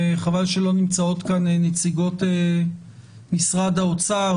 וחבל שלא נמצאות כאן נציגות משרד האוצר,